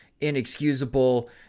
inexcusable